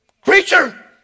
creature